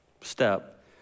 step